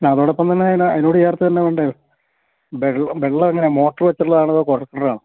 പിന്നെ അതോടൊപ്പം തന്നെ അതിനോടു ചേർത്തുതന്നെ വേണ്ടേ വെള്ളം എങ്ങനെ മോട്ടോര് വച്ചിട്ടുള്ളതാണോ അതോ കുഴൽക്കിണറാണോ